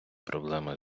проблема